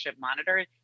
Monitor